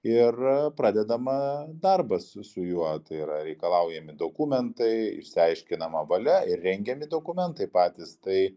ir pradedama darbas su su juo tai yra reikalaujami dokumentai išsiaiškinama valia ir rengiami dokumentai patys tai